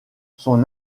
son